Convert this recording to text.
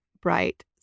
bright